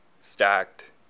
stacked